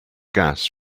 gas